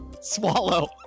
Swallow